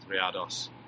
Riados